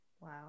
Wow